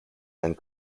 and